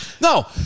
No